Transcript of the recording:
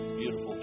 beautiful